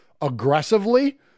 aggressively